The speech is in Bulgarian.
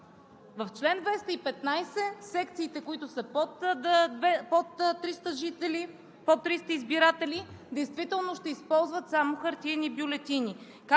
В чл. 215 – в секциите, които са под 300 избиратели, действително ще използват само хартиени бюлетини,